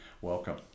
welcome